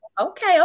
Okay